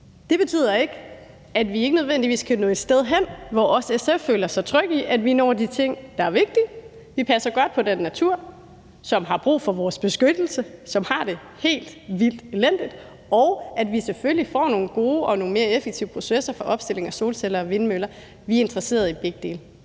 Det betyder ikke, at vi ikke nødvendigvis kan nå et sted hen, hvor også SF føler sig trygge ved, at vi når de ting, der er vigtige, at vi passer godt på den natur, som har brug for vores beskyttelse, og som har det helt vildt elendigt, og at vi selvfølgelig får nogle gode og nogle mere effektive processer for opstilling af solceller og vindmøller. Vi er interesserede i begge dele.